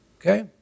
Okay